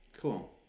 cool